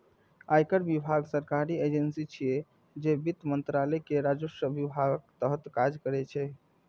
आयकर विभाग सरकारी एजेंसी छियै, जे वित्त मंत्रालय के राजस्व विभागक तहत काज करै छै